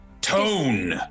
tone